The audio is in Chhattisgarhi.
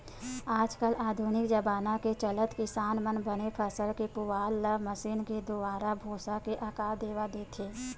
आज कल आधुनिक जबाना के चलत किसान मन बने फसल के पुवाल ल मसीन के दुवारा भूसा के आकार देवा देथे